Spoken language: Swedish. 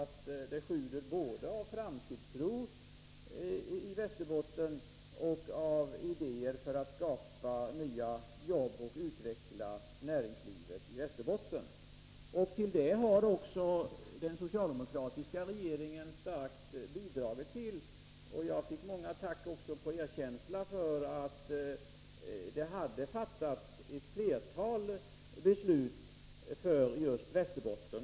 Det sjuder både av framtidstro och av idéer i Västerbotten när det gäller att skapa nya jobb och utveckla näringslivet i länet. Detta har också den socialdemokratiska regeringen starkt bidragit till, och jag fick tack och erkänsla för att det hade fattats ett flertal beslut för Västerbotten.